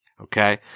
Okay